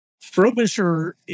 Frobisher